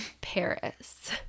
Paris